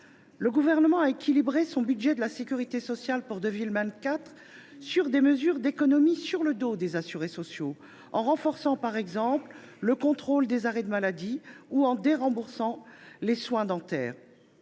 Le Gouvernement a équilibré le budget de la sécurité sociale pour 2024 par des mesures d’économies réalisées sur le dos des assurés sociaux, en renforçant par exemple les contrôles des arrêts maladie ou en déremboursant les soins dentaires.